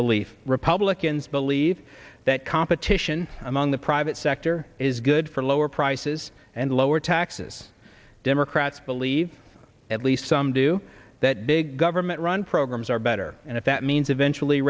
belief republicans believe that competition among the private sector is good for lower prices and lower taxes democrats believe at least some do that big government run programs are better and if that means eventually